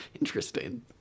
Interesting